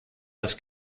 das